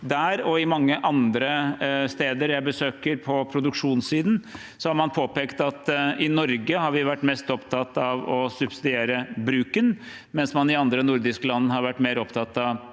Der og mange andre steder jeg besøker på produksjonssiden, har man påpekt at vi i Norge har vært mest opptatt av å subsidiere bruken, mens man i andre nordiske land har vært mer opptatt av